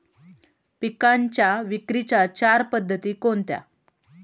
पिकांच्या विक्रीच्या चार पद्धती कोणत्या?